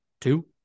Two